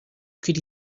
could